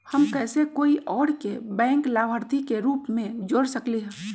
हम कैसे कोई और के बैंक लाभार्थी के रूप में जोर सकली ह?